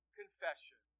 confession